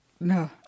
No